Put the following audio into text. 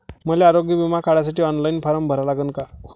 मले आरोग्य बिमा काढासाठी ऑनलाईन फारम भरा लागन का?